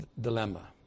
dilemma